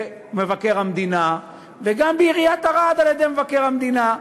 מבקר המדינה וגם בעיריית ערד על-ידי מבקר המדינה.